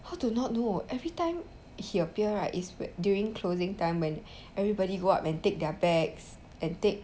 how to not do every time he appear right is during closing time when everybody go up and take their bags and take